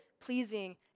pleasing